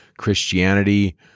Christianity